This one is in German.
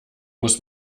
muss